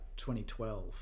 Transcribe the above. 2012